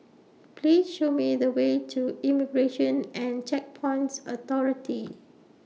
Please Show Me The Way to Immigration and Checkpoints Authority